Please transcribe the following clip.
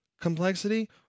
complexity